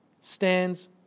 stands